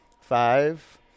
Five